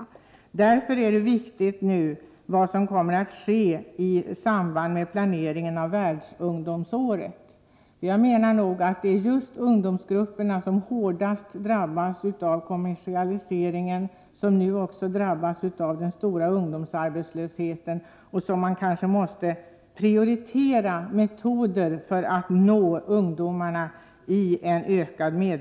Därför är vad som nu kommer att ske i samband: med planeringen av världsungdomsåret mycket viktigt. Det är just ungdomsgrupperna som hårdast drabbas av kommersialiseringen och som nu också drabbas av den stora ungdomsarbetslösheten. Man måste därför i en ökad medvetenhet prioritera metoder för att nå ungdomarna.